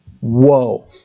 Whoa